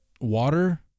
water